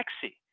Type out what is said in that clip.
sexy